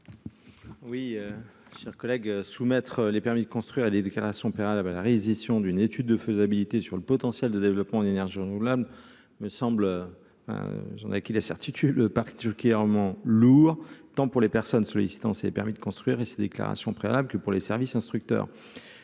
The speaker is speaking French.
Oui, chers collègues, soumettre les permis de construire et des déclarations Perrin là-bas la réédition d'une étude de faisabilité sur le potentiel de développement d'énergies renouvelables, me semble, hein, j'en ai acquis la certitude, le parc Armand lourd tant pour les personnes sur la distance et les permis de construire et ses déclarations préalables que pour les services instructeurs